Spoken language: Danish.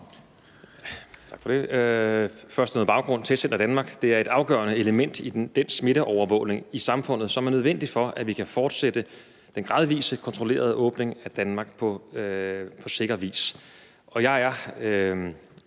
Tak for det. Først noget baggrund for det. Testcenter Danmark er et afgørende element i den smitteovervågning i samfundet, som er nødvendig, for at vi kan fortsætte den gradvise og kontrollerede åbning af Danmark på sikker vis. Jeg er